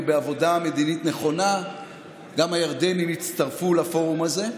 ובעבודה מדינית נכונה גם הירדנים יצטרפו לפורום הזה.